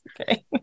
okay